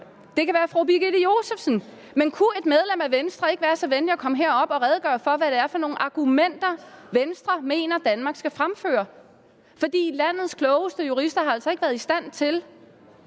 at komme på talerstolen. Kunne et medlem af Venstre ikke være så venlig at komme herop og redegøre for, hvad det er for nogle argumenter, Venstre mener at Danmark skal fremføre? For landets klogeste jurister har altså ikke været stand til